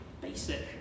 basic